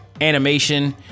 animation